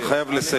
אתה חייב לסיים.